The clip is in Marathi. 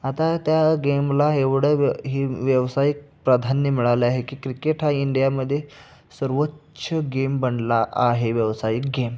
आता त्या गेमला एवढं व्य ही व्यावसायिक प्राधान्य मिळालं आहे की क्रिकेट हा इंडियामध्ये सर्वोच्च गेम बनला आहे व्यवसायिक गेम